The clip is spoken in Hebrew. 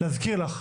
נזכיר לך,